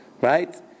right